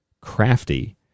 crafty